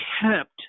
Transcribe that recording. kept